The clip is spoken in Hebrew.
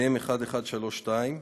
(מ/1132),